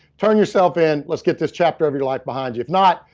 turn yourself in, let's get this chapter of your life behind you. if not,